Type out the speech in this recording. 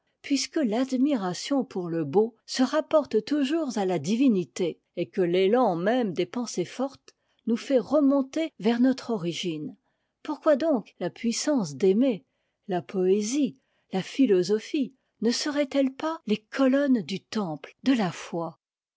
puisque l'admiration pour le beau se rapporte toujours à ta divinité et que l'élan même des pensées fortes nous fait remonter vers notre origine pourquoi donc la puissance d'aimer la poésie la philosophie ne seraient-elles pas les colonnes du temple de la foi